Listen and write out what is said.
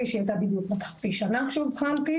שהייתה בדיוק בת חצי שנה כשאובחנתי,